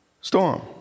storm